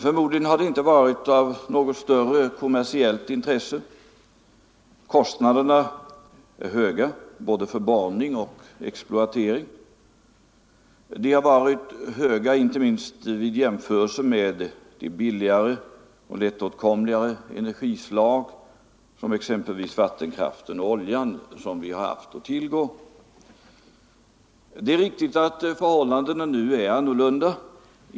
Förmodligen har det heller inte funnits något kommersiellt intresse för denna fråga. Kostnaderna är för höga både för borrning och exploatering, inte minst i jämförelse med tidigare och mer lättåtkomliga energislag, exempelvis vattenkraft och olja. Det är riktigt att förhållandena nu är annorlunda.